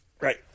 Right